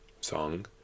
song